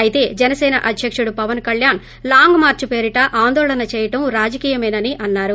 అయితే జనసేన అధ్యకుడు Pawan Kalyan long march పేరిట ఆందోళన చేయడం రాజకీయమేనని అన్నారు